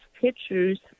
pictures